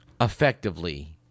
effectively